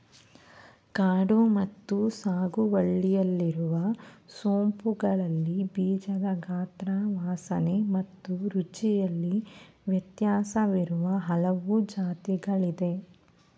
ಕಾಡು ಮತ್ತು ಸಾಗುವಳಿಯಲ್ಲಿರುವ ಸೋಂಪುಗಳಲ್ಲಿ ಬೀಜದ ಗಾತ್ರ ವಾಸನೆ ಮತ್ತು ರುಚಿಯಲ್ಲಿ ವ್ಯತ್ಯಾಸವಿರುವ ಹಲವು ಜಾತಿಗಳಿದೆ